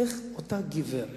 איך אותה גברת,